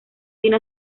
tiene